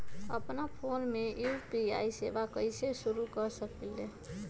अपना फ़ोन मे यू.पी.आई सेवा कईसे शुरू कर सकीले?